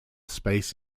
space